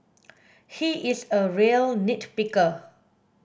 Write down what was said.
he is a real nit picker